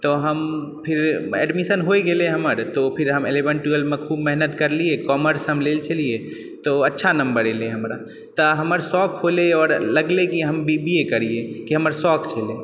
तो हम फिर एडमिशन होइ गेलइ हमर तऽ हम फिर एलेवेन टुएल्वमे खुब मेहनत करलियै कॉमर्स हम लेल छलियै तो अच्छा नम्बर एलै हमरा तऽ हमर शौख होलै आ हमरा लगलै कि हम बी बी ए करियै कि हमर शौक छलै